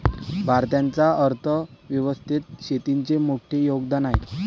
भारताच्या अर्थ व्यवस्थेत शेतीचे मोठे योगदान आहे